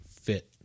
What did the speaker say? fit